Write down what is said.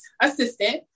assistant